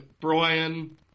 Brian